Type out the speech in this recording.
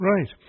Right